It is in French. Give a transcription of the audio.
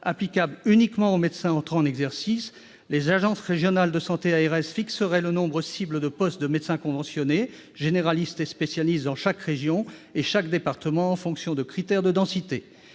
applicable uniquement aux médecins entrant en exercice : les agences régionales de santé, ou ARS, fixeraient le nombre cible de postes de médecins conventionnés, généralistes et spécialistes, dans chaque région et chaque département, en fonction de critères de densité.